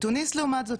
בתוניס לעומת זאת,